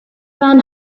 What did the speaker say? men